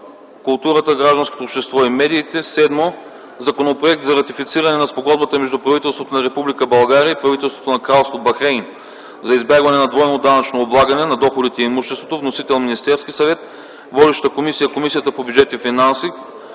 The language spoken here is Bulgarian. културата, гражданското общество и медиите. 7. Законопроект за ратифициране на Спогодбата между правителството на Република България и правителството на Кралство Бахрейн за избягване на двойното данъчно облагане на доходите и имуществото. Вносител – Министерският съвет. Водеща е Комисията по бюджет и финанси.